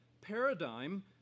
paradigm